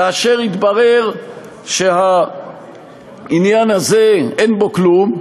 כאשר התברר שהעניין הזה אין בו כלום,